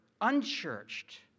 unchurched